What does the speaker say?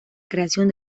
creación